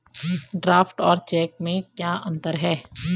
Draft और cheque में क्या अंतर है?